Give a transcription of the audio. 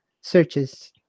searches